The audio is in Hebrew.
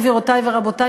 גבירותי ורבותי,